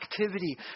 activity